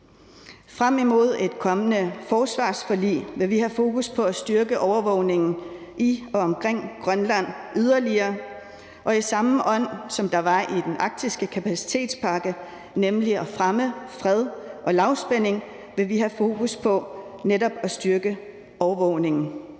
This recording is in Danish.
Frem imod et kommende forsvarsforlig vil vi have fokus på at styrke overvågningen i og omkring Grønland yderligere, og i samme ånd, som der var i den arktiske kapacitetspakke, nemlig at fremme fred og lavspænding, vil vi have fokus på netop at styrke overvågningen.